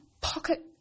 pocket